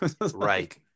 Right